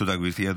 תודה, גברתי.